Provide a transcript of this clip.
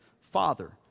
Father